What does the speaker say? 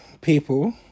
people